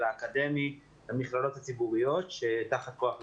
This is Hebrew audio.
האקדמי במכללות הציבוריות שתחת כוח לעובדים.